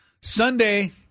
Sunday